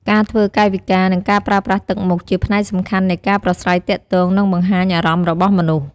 ការធ្វើកាយវិការ និងការប្រើប្រាស់ទឹកមុខ ជាផ្នែកសំខាន់នៃការប្រាស្រ័យទាក់ទង និងបង្ហាញអារម្មណ៍របស់មនុស្ស។